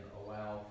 allow